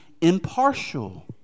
impartial